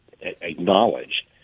acknowledge